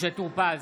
משה טור פז,